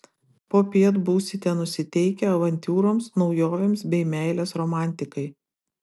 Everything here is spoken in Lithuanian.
popiet būsite nusiteikę avantiūroms naujovėms bei meilės romantikai